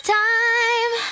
time